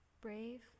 brave